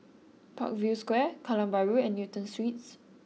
Parkview Square Kallang Bahru and Newton Suites